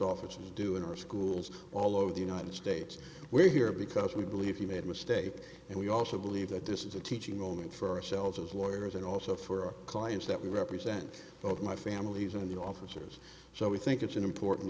officers do in our schools all over the united states we're here because we believe he made a mistake and we also believe that this is a teaching moment for ourselves as lawyers and also for our clients that we represent both my families and the officers so we think it's an important